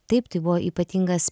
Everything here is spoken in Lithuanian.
taip tai buvo ypatingas